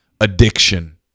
addiction